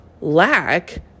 lack